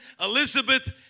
Elizabeth